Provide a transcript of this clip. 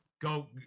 go